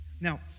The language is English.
Now